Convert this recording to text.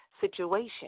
situation